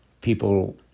People